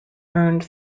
earned